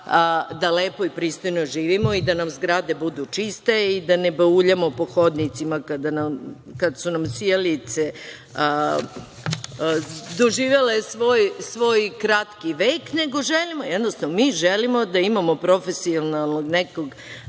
da lepo i pristojno živimo i da nam zgrade budu čiste, da ne bauljamo po hodnicima kada su nam sijalice doživele svoj kratki vek. Jednostavno, mi želimo da imamo profesionalnog nekog